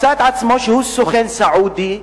מצא את עצמו סוכן סעודי,